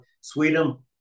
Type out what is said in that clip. Sweden